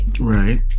right